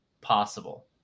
possible